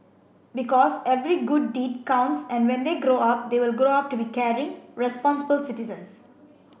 because every good deed counts and when they grow up they will grow up to be caring responsible citizens